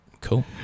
Cool